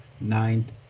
ninth